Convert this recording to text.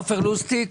עופר לוסטיג,